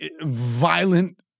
violent